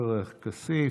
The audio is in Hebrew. עופר כסיף.